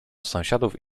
sąsiadów